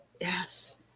yes